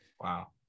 wow